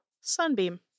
Sunbeam